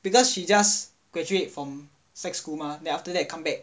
because she just graduate from sec school mah then after that come back